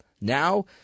Now